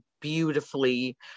beautifully